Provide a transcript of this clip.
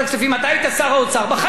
בחיים לא הייתי נותן דבר כזה.